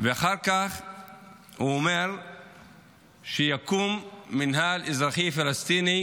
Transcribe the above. ואחר כך הוא אומר שיקום מינהל אזרחי פלסטיני,